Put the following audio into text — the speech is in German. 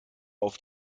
auf